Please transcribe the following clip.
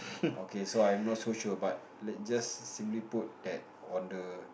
okay so I'm not so sure but let just simply put at on the